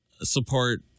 support